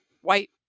white